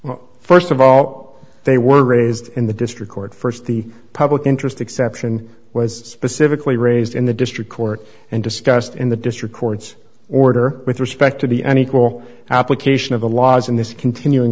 because st of all they were raised in the district court st the public interest exception was specifically raised in the district court and discussed in the district court's order with respect to the an equal application of the laws in this continuing